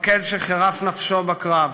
מפקד שחירף נפשו בקרב,